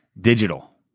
digital